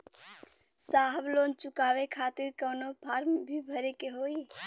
साहब लोन चुकावे खातिर कवनो फार्म भी भरे के होइ?